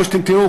כמו שתראו,